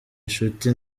inshuti